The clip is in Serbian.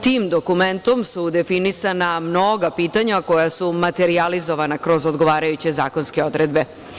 Tim dokumentom su definisana mnoga pitanja koja su materijalizovana kroz odgovarajuće zakonske odredbe.